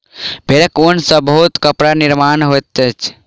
भेड़क ऊन सॅ बहुत कपड़ा निर्माण होइत अछि